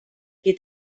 qui